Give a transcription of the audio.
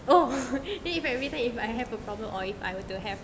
oh then if every time if I have a problem or if I were to have